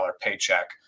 paycheck